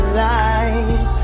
life